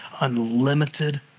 unlimited